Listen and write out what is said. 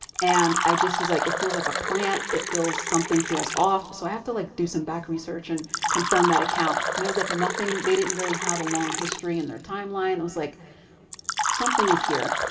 and i just was like it feels like a plant. it feels, something feels off. so i have to like do some back research and confirm that account and there was like nothing. they didn't really have a long history in their timeline. it was like something is here.